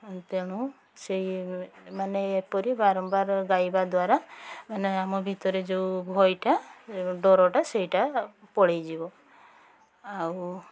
ତେଣୁ ସେଇମାନେ ଏପରି ବାରମ୍ବାର ଗାଇବା ଦ୍ୱାରା ମାନେ ଆମ ଭିତରେ ଯେଉଁ ଭୟଟା ଡରଟା ସେଇଟା ପଳାଇଯିବ ଆଉ